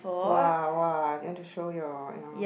!wah! !wah! you want to show your you know